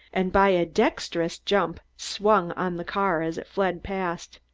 and by a dexterous jump swung on the car as it fled past.